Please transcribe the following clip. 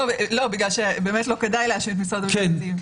באמת לא כדאי להאשים את משרד המשפטים,